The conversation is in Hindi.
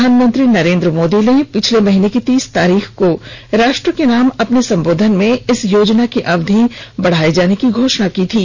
प्रधानमंत्री नरेंद्र मोदी ने पिछले महीने की तीस तारीख को राष्ट्र के नाम अपने संबोधन में इस योजना की अवधि बढ़ाये जाने की घोषणा की थी